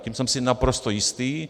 Tím jsem si naprosto jistý.